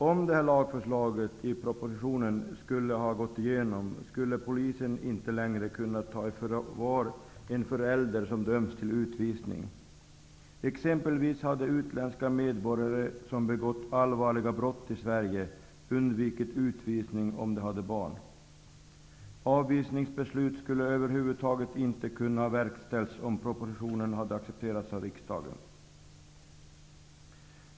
Om lagförslaget i propositionen skulle gå igenom, skulle polisen inte längre kunna ta i förvar en förälder som döms till utvisning. Utländska medborgare, som begått allvarliga brott i Sverige, skulle undgå utvisning om de hade barn. Avvisningsbeslut skulle över huvud taget inte kunna verkställas om propositionen accepteras av riksdagen.